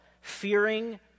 fearing